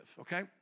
okay